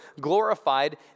glorified